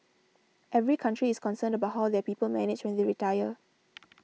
every country is concerned about how their people manage when they retire